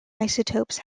isotopes